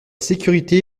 sécurité